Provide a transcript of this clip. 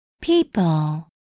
People